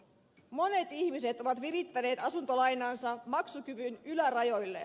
monet ihmiset ovat virittäneet asuntolainansa maksukyvyn ylärajoille